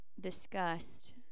discussed